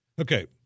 okay